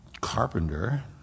carpenter